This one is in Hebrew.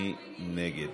מי נגד?